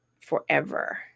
forever